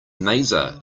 maser